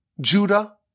Judah